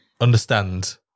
understand